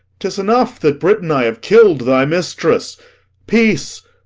tis enough that, britain, i have kill'd thy mistress peace!